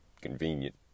convenient